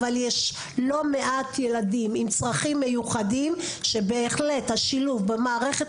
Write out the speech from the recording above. אבל יש לא מעט ילדים עם צרכים מיוחדים שבהחלט השילוב במערכת